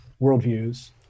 worldviews